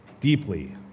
deeply